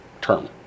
term